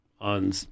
on